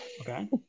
Okay